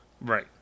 Right